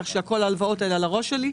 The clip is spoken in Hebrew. כך שכל ההלוואות האלה על הראש שלי.